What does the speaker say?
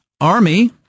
Army